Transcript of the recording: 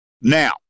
Now